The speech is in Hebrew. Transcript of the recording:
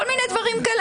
כל מיני דברים כאלה.